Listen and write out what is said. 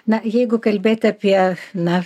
na jeigu kalbėti apie na